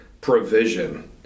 provision